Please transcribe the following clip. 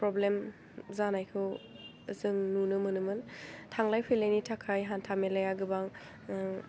problem जानायखौ जों नुनो मोनोमोन थांलाय फैलायनि थाखाय हान्था मेलाया गोबां